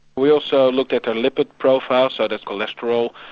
we also looked at their lipid profiles, such as cholesterol,